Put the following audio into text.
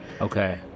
Okay